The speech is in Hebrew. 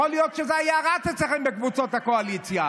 יכול להיות שזה היה רץ אצלכם בקבוצות הקואליציה.